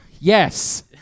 Yes